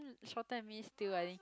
shorter than me still I think